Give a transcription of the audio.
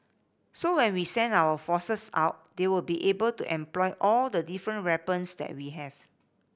so when we send our forces out they will be able to employ all the different weapons that we have